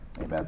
Amen